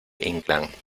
inclán